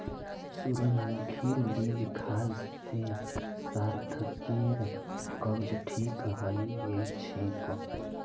सूरजमुखीर बीज खाल से सार्थकेर कब्ज ठीक हइ गेल छेक